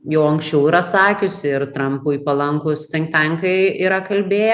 jau anksčiau yra sakius ir trampui palankūs tankai yra kalbėję